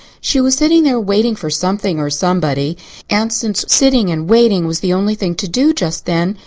she was sitting there waiting for something or somebody and, since sitting and waiting was the only thing to do just then,